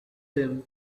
him